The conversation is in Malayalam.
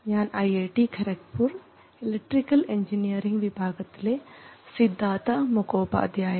ഞാൻ ഐഐടി ഖരക്പൂർ ഇലക്ട്രിക്കൽ എൻജിനീയറിങ് വിഭാഗത്തിലെ സിദ്ധാർത്ഥ മുഖോപാധ്യായ